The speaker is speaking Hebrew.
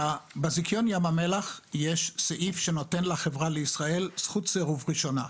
בזיכיון ים המלח יש סעיף שנותן לחברה לישראל זכות סירוב ראשונה.